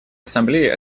ассамблеи